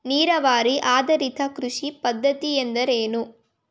ನೀರಾವರಿ ಆಧಾರಿತ ಕೃಷಿ ಪದ್ಧತಿ ಎಂದರೇನು?